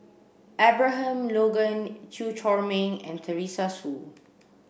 Abraham Logan Chew Chor Meng and Teresa Hsu